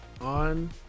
on